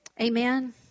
Amen